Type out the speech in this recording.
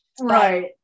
Right